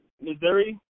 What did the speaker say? Missouri